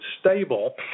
stable